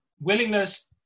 willingness